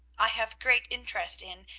i have great interest in,